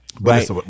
right